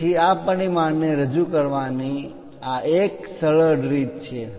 તેથી આ પરિમાણને રજૂ કરવાની આ એક સરળ રીત છે